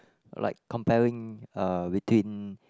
like comparing uh between